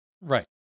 Right